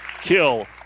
kill